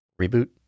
Reboot